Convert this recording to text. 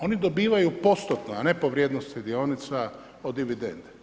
Oni dobivaju postotno, a ne po vrijednosti dionica od dividende.